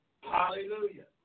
Hallelujah